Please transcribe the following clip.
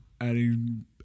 adding